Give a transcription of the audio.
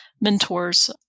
mentors